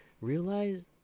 realize